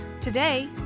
Today